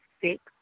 six